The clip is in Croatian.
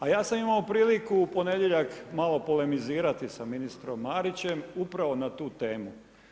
A ja sam imao priliku u ponedjeljak malo polemizirati sa ministrom Marićem upravo na tu temu.